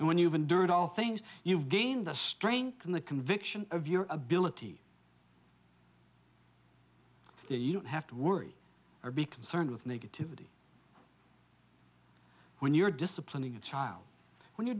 and when you've endured all things you've gained the strength in the conviction of your ability that you don't have to worry or be concerned with negativity when you're disciplining a child when you're